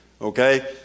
okay